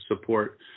support